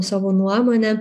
savo nuomone